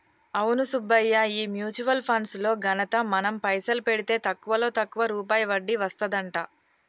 అవును సుబ్బయ్య ఈ mutual funds లో ఘనత మనం పైసలు పెడితే తక్కువలో తక్కువ రూపాయి వడ్డీ వస్తదంట